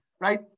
right